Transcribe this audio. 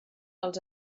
als